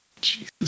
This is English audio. Jesus